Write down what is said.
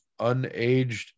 unaged